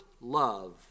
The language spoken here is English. love